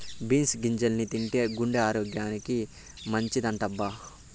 beans గింజల్ని తింటే గుండె ఆరోగ్యానికి మంచిదటబ్బా